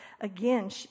again